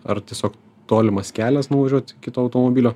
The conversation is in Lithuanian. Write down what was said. ar tiesiog tolimas kelias nuvažiuoti iki to automobilio